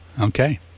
okay